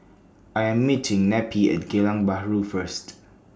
I Am meeting Neppie At Geylang Bahru First